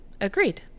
Agreed